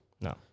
No